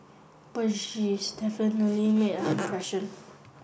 but she's definitely made an impression